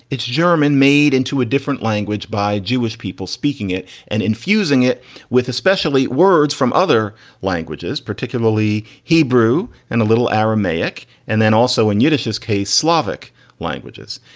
it's german, made into a different language by jewish people, speaking it and infusing it with especially words from other languages, particularly hebrew and a little aramaic, and then also in yiddish as slavic languages.